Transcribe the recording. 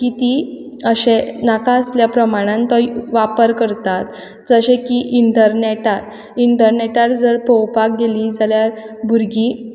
की तीं अशें नाका आसलें प्रमाणांत तो वापर करतात जशें की इंटरनेटार इंटरनेटार जर पोवपाक गेलीं जाल्यार भुरगीं